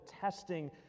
testing